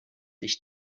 ich